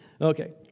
Okay